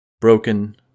broken